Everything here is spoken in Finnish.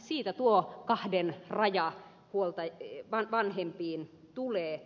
siitä tuo kahden raja vanhempiin tulee